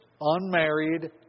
Unmarried